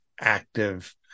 active